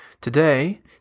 Today